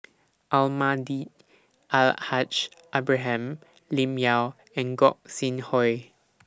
Almahdi Al Haj Ibrahim Lim Yau and Gog Sing Hooi